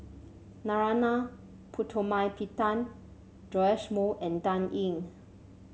Narana Putumaippittan Joash Moo and Dan Ying